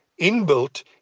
inbuilt